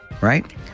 right